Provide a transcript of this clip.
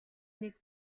нэг